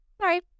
Sorry